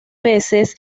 peces